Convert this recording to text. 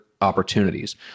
opportunities